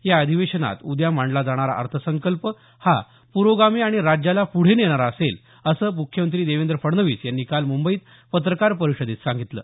या अधिवेशनात उद्या मांडला जाणारा अर्थसंकल्प हा पुरोगामी आणि राज्याला पुढे नेणारा असेल असं मुख्यमंत्री देवेंद्र फडणवीस यांनी काल मुंबईत पत्रकार परिषदेत सांगितलं